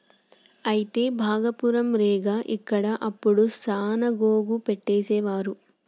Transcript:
అయితే భాగపురం రేగ ఇక్కడ అప్పుడు సాన గోగు పట్టేసేవారు